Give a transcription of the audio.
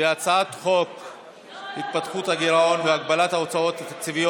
והצעת חוק הפחתת הגירעון והגבלת ההוצאה התקציבית